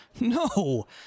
No